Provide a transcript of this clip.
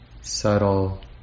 subtle